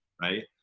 right